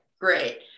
great